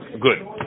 Good